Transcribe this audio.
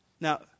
Now